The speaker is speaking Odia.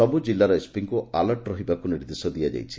ସବୁ ଜିଲ୍ଲାର ଏସ୍ପିଙ୍କୁ ଆଲର୍ଟ ରହିବାକୁ ନିର୍ଦେଶ ଦିଆଯାଇଛି